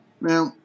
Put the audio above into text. Now